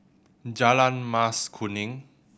Jalan Mas Kuning